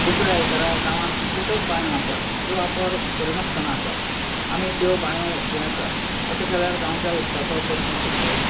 दुसऱ्या आयतारा गांवांत कितल्योश्योच बांयों आसात त्यो वापर करिनासतना आसात आमी त्यो बांयों उसपूं येतात अशें केल्यार गांवच्या उदकाचो प्रश्न सुट्टलो